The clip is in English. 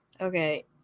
Okay